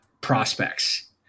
prospects